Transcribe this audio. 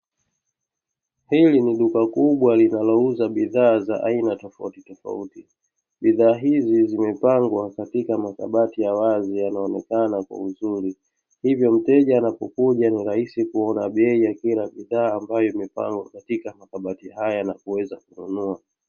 Hili ni duka kubwa linaoluza bidhaa za aina tofautitofauti, bidhaa hizi zimepangwa katika makabati ya wazi yanayoonekana kwa uzuri hivyo mteja anapokuja ni rahisi kuona bei ya kila bidhaa ambayo imepangwa katika makabati haya na kuweza kununua.